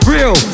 Real